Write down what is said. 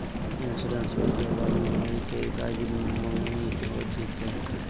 इंसोरेंसबा के बाद बीमारी के ईलाज मांगनी हो जयते?